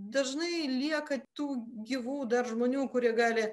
dažnai lieka tų gyvų dar žmonių kurie gali